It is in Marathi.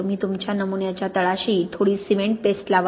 तुम्ही तुमच्या नमुन्याच्या तळाशी थोडी सिमेंट पेस्ट लावा